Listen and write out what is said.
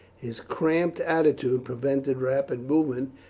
his cramped attitude prevented rapid movement,